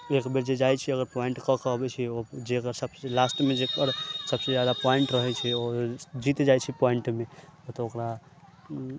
एकबेर जे जाइ छै अगर पॉइंट कऽ कऽ अबै छै ओ जे अगर सबसे लास्ट मे जेकर सबसे जादा पॉइंट रहै छै ओ जीत जाइ छै पॉइंट मे त ओकरा